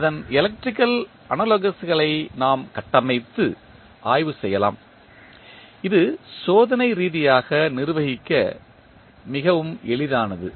அதன் எலக்ட்ரிக்கல் அனாலோகஸ்களை நாம் கட்டமைத்து ஆய்வு செய்யலாம் இது சோதனை ரீதியாக நிர்வகிக்க மிகவும் எளிதானது